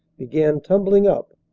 begin tumbling up,